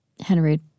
Henry